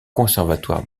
conservatoire